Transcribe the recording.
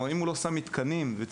אם הוא לא מניח שם מתקנים וציוד